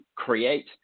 Create